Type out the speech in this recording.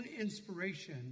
inspiration